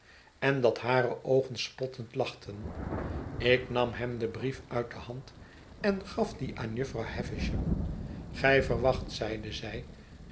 en dat hare oogen spottend lachten ik nam hem den brief uit de hand en gaf dien aan jufvrouw havisham gij verwacht zeide zij